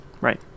Right